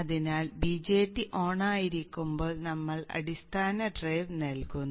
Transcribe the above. അതിനാൽ BJT ഓണായിരിക്കുമ്പോൾ നമ്മൾ അടിസ്ഥാന ഡ്രൈവ് നൽകുന്നു